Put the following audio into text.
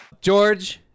George